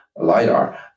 LiDAR